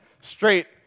straight